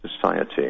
society